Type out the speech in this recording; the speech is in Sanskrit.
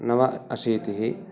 नव अशीतिः